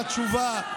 היא נותנת את התשובה.